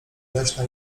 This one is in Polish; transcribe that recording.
leśna